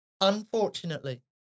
Unfortunately